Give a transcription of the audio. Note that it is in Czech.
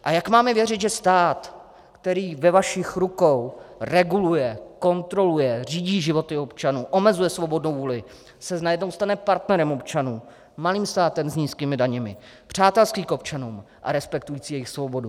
A jak máme věřit, že stát, který ve vašich rukou reguluje, kontroluje, řídí životy občanů, omezuje svobodnou vůli, se najednou stane partnerem občanů, malým státem s nízkými daněmi, přátelský k občanům a respektující jejich svobodu?